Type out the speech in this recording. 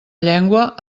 llengua